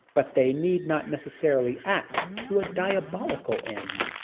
but they need not necessarily act to a diabolical end.